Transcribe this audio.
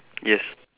yes